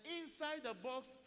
inside-the-box